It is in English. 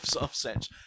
offset